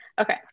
Okay